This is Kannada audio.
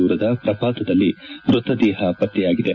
ದೂರದ ಪ್ರಪಾತದಲ್ಲಿ ಮೃತದೇಹ ಪತ್ತೆಯಾಗಿದೆ